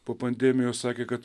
po pandemijos sakė kad